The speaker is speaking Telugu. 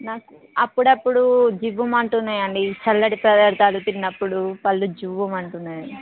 నాకు అప్పుడప్పుడు జివ్వుమంటున్నాయి అండి చల్లని పదార్థాలు తిన్నప్పుడు పళ్ళు జివ్వుమంటున్నాయి